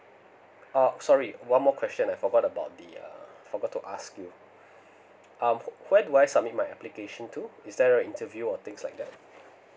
ah sorry one more question I forgot about the uh I forgot to ask you uh where do I submit my application to is there a interview or things like that